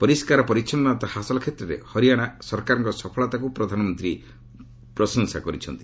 ପରିସ୍କାର ପରିଚ୍ଛନୃତା ହାସଲ କ୍ଷେତ୍ରରେ ହରିଆନା ସରକାରଙ୍କ ସଫଳତାକୁ ପ୍ରଧାନମନ୍ତ୍ରୀ ପ୍ରଶଂସା କରିଛନ୍ତି